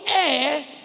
air